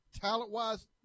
Talent-wise